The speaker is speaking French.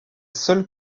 seule